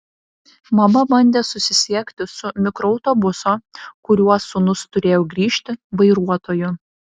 mama bandė susisiekti su mikroautobuso kuriuo sūnus turėjo grįžti vairuotoju